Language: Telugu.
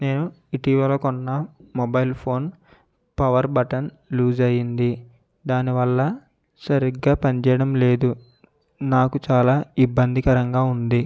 నేను ఇటీవల కొన్న mobile phone power button loose అయ్యింది దాని వల్ల సరిగ్గా పని చేయడం లేదు నాకు చాలా ఇబ్బందికరంగా ఉంది